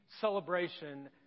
celebration